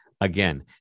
again